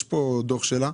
יש כאן דוח שלה.